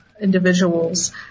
individuals